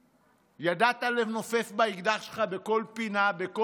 ידעת לנופף באקדח שלך בכל פינה, בכל רחוב,